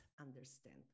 understand